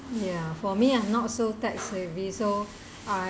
ya for me I'm not so tax heavy so uh